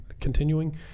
continuing